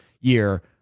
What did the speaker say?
year